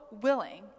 willing